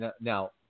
now